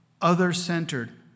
other-centered